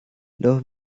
los